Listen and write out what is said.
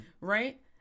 Right